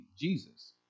Jesus